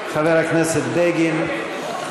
נא לשבת.